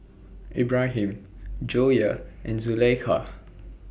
Ibrahim Joyah and Zulaikha